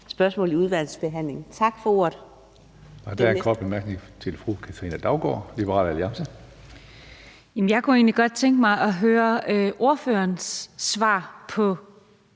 spørgsmål i udvalgsbehandlingen. Tak for ordet.